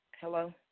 Hello